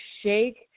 shake